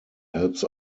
helps